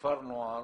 שכפר נוער